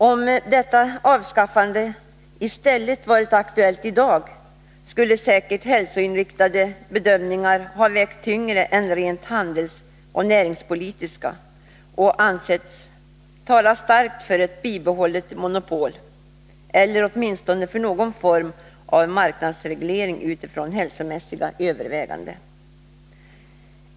Om detta avskaffande i stället hade varit aktuellt i dag skulle säkert hälsoinriktade bedömningar ha vägt tyngre än rent handelsoch näringspolitiska och ansetts tala starkt för ett bibehållet monopol eller åtminstone för någon form av marknadsreglering utifrån hälsomässiga överväganden.